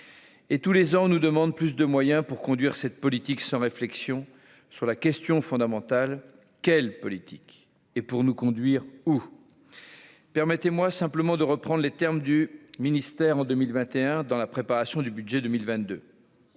et tous les ans nous demande plus de moyens pour conduire cette politique, sa réflexion sur la question fondamentale : quelle politique et pour nous conduire ou. Permettez-moi simplement de reprendre les termes du ministère en 2021 dans la préparation du budget 2022.